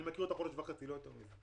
אני מכיר אותה חודש וחצי, לא יותר מזה.